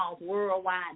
Worldwide